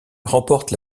remporte